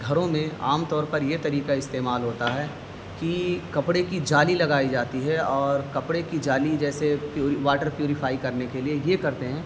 گھروں میں عام طور پر یہ طریقہ استعمال ہوتا ہے کہ کپڑے کی جالی لگائی جاتی ہے اور کپڑے کی جالی جیسے پیوری واٹر پیوریفائی کرنے کے لیے یہ کرتے ہیں